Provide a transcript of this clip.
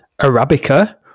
Arabica